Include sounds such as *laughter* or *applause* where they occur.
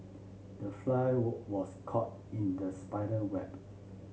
the fly *unintelligible* was caught in the spider web